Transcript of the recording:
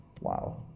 Wow